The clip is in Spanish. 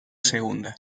segunda